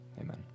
Amen